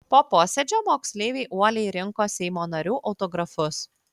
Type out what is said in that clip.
po posėdžio moksleiviai uoliai rinko seimo narių autografus